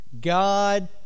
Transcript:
God